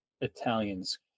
italians